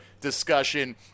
discussion